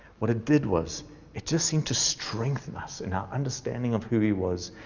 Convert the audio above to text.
what it did was it just seemed to strengthen us in our understanding of who he was.